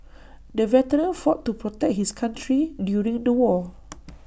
the veteran fought to protect his country during the war